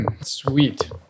Sweet